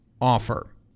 offer